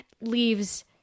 leaves